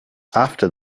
after